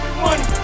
money